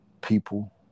people